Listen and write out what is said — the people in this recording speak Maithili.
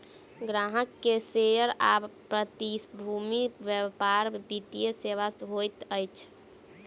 ग्राहक के शेयर आ प्रतिभूति व्यापार वित्तीय सेवा होइत अछि